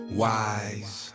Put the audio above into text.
wise